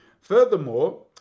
furthermore